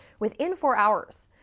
within four hours.